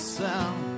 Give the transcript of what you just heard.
sound